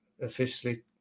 officially